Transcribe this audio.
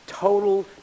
Total